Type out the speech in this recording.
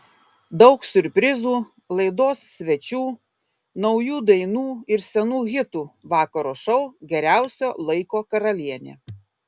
daug siurprizų laidos svečių naujų dainų ir senų hitų vakaro šou geriausio laiko karalienė